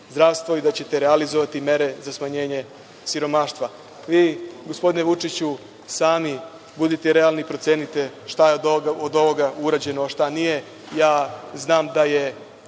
i da ćete realizovati mere za smanjenje siromaštva. Vi, gospodine Vučiću, sami budite realni i procenite šta je od ovoga urađeno, a šta nije. Ja znam da je